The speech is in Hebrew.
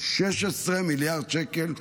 16 מיליארד שקל,